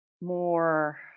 more